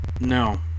No